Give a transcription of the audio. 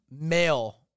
male